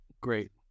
Great